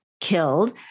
killed